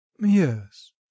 yes